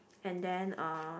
and then uh